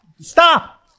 Stop